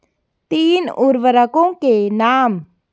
तीन उर्वरकों के नाम?